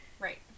Right